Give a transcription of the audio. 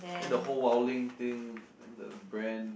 then the whole wildling thing then the bran